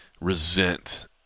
resent